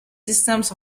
systems